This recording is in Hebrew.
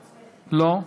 לא?